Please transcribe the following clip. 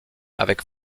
avec